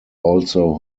also